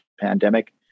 pandemic